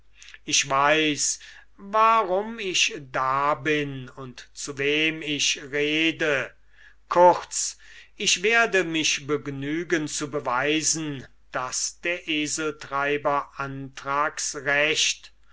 ich weiß warum ich da bin und zu wem ich rede kurz ich werde mich begnügen zu beweisen daß der eseltreiber anthrax recht